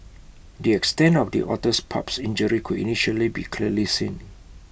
the extent of the otter's pup's injury could initially be clearly seen